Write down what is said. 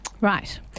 Right